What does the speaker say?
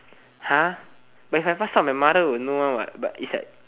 !huh! if I passed out my mother would know one what but it's at